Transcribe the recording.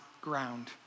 ground